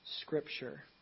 scripture